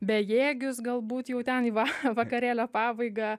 bejėgius galbūt jau ten į va vakarėlio pabaigą